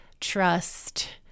trust